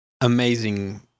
amazing